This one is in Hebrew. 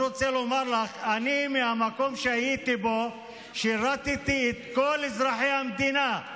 אני, מהמקום שהייתי בו, שירתי את כל אזרחי המדינה,